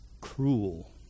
cruel